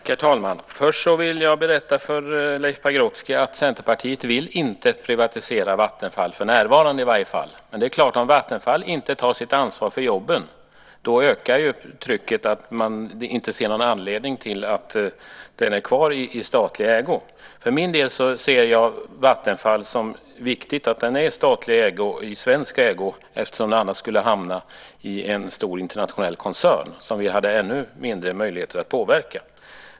Herr talman! Först vill jag berätta för Leif Pagrotsky att Centerpartiet inte vill privatisera Vattenfall - inte för närvarande i alla fall. Men det är klart att om Vattenfall inte tar sitt ansvar för jobben ökar ju trycket, då man inte ser någon anledning till att låta det vara kvar i statlig ägo. För min del ser jag det som viktigt att Vattenfall är i statlig ägo, i svensk ägo, eftersom det annars skulle hamna i en stor internationell koncern, som vi skulle ha ännu mindre möjligheter att påverka.